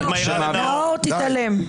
נאור, תתעלם.